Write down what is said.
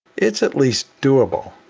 it's at least doable.